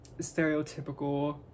stereotypical